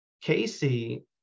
Casey